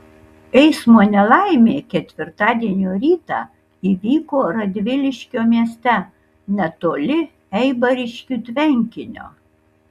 eismo nelaimė ketvirtadienio rytą įvyko radviliškio mieste netoli eibariškių tvenkinio